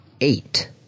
eight